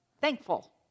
thankful